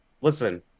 Listen